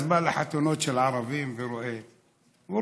אז הוא בא לחתונות של ערבים ורואה.